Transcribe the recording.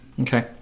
Okay